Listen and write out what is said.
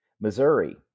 Missouri